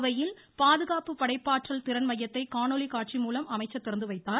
கோவையில் பாதுகாப்பு படைப்பாற்றல் திறன் மையத்தை காணொலி காட்சி மூலம் அமைச்சர் திறந்து வைத்தார்